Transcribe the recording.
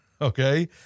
okay